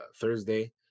Thursday